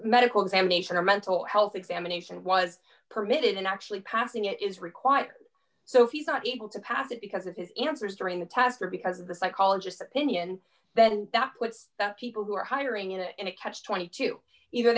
medical examination or mental health examination was permitted in actually passing it is required so if he's not able to pass it because of his answers during the test or because the psychologist opinion then that puts people who are hiring in a in a catch twenty two